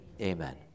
Amen